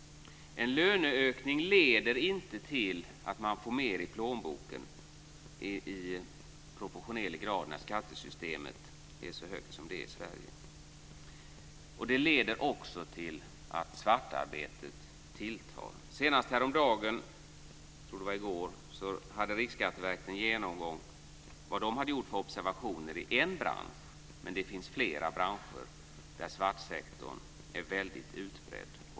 En löneökning leder inte till att man får mer i plånboken i proportionerlig grad när skattetrycket är så högt som det är i Sverige. Det leder också till att svartarbetet tilltar. Senast häromdagen, jag tror det var i går, hade Riksskatteverket en genomgång av vad det hade gjort för observationer i en bransch. Men det finns flera branscher där svartsektorn är väldigt utbredd.